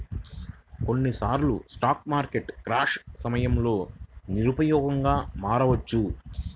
కొన్నిసార్లు స్టాక్ మార్కెట్లు క్రాష్ సమయంలో నిరుపయోగంగా మారవచ్చు